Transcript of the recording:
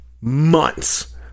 months